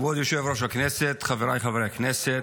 כבוד יושב-ראש הכנסת, חבריי חברי הכנסת,